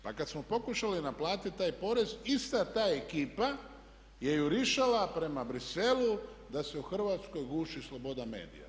Pa kada smo pokušali naplatiti taj porez ista ta ekipa je jurišala prema Briselu da se u Hrvatskoj guši sloboda medija.